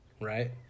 Right